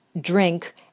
drink